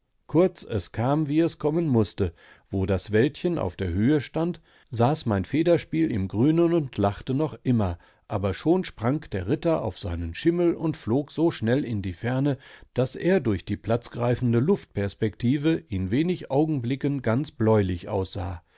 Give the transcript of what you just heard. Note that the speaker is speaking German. kurz es kam wie es kommen mußte wo das wäldchen auf der höhe stand saß mein federspiel im grünen und lachte noch immer aber schon sprang der ritter auf seinen schimmel und flog so schnell in die ferne daß er durch die platzgreifende luftperspektive in wenig augenblicken ganz bläulich aussah